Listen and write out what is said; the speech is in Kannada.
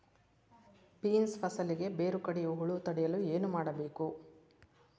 ಬೇನ್ಸ್ ಫಸಲಿಗೆ ಬೇರು ಕಡಿಯುವ ಹುಳು ತಡೆಯಲು ಏನು ಮಾಡಬೇಕು?